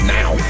now